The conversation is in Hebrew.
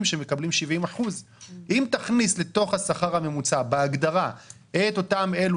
שמקבלים 70%. אם תכניס לתוך השכר הממוצע בהגדרה את אותם אלה